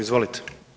Izvolite.